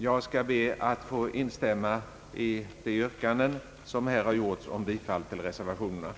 Jag skall be att få instämma i de yrkanden som här framställts om bifall till reservationerna.